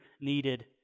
needed